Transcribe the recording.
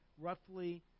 roughly